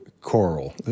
coral